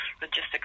logistics